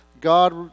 God